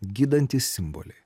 gydantys simboliai